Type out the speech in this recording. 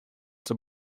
the